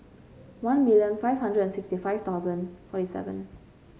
one million five hundred and sixty five thousand forty seven